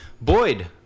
Boyd